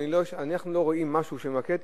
שאנחנו לא רואים משהו שממקד,